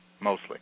mostly